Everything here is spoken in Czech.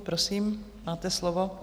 Prosím, máte slovo.